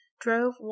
drove